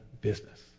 business